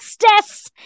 justice